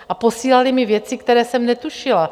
A posílali mi věci, které jsem netušila.